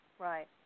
right